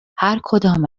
هرکدام